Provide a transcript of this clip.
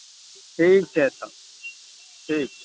ठीक छै तब ठीक छै